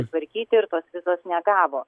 tvarkyti ir tos vizos negavo